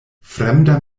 fremda